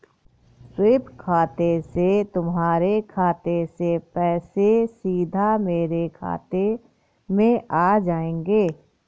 SVEEP खाते से तुम्हारे खाते से पैसे सीधा मेरे खाते में आ जाएंगे